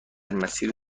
مسیر